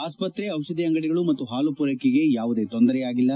ಆಸ್ತತೆ ಚಿಷಧಿ ಅಂಗಡಿಗಳು ಮತ್ತು ಹಾಲು ಪೂರ್ನೆಕೆಗೆ ಯಾವುದೇ ತೊಂದರೆಯಾಗಿಲ್ಲ